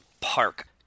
park